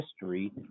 history